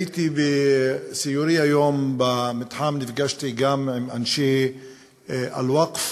בסיורי היום במתחם נפגשתי גם עם אנשי אל-ווקף,